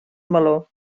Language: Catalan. meló